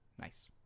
Nice